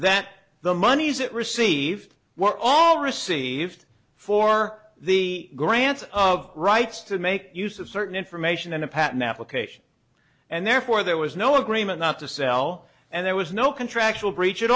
that the monies it received were all received for the grant of rights to make use of certain information in a patent application and therefore there was no agreement not to sell and there was no contractual breach at